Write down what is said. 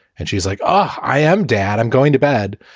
and she's like, oh, i am, dad, i'm going to bed.